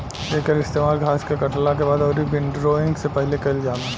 एकर इस्तेमाल घास के काटला के बाद अउरी विंड्रोइंग से पहिले कईल जाला